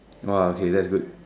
!wah! okay that's good